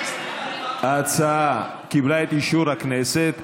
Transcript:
ההצעה קיבלה את אישור הכנסת.